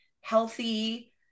healthy